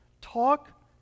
Talk